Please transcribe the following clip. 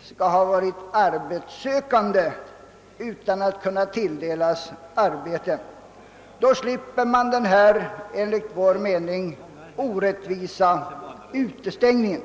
skall ha varit arbetssökande utan att ha kunnat beredas något arbete. Då slipper man denna enligt vår mening orättvisa utestängning.